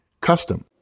custom